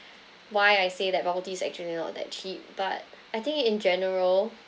why I say that bubble tea is actually not that cheap but I think in general